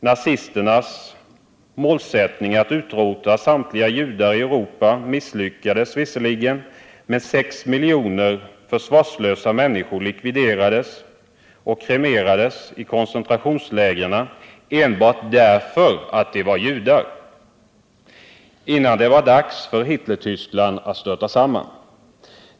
Nazisterna misslyckades visserligen med sin målsättning att utrota samtliga judar i Europa, men sex miljoner försvarslösa människor likviderades och kremerades i koncentrationslägren enbart därför att de var judar, innan det var dags för Hitlertyskland att störta samman.